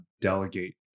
delegate